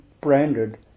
branded